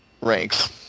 ranks